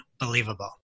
unbelievable